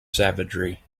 savagery